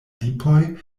lipoj